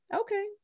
Okay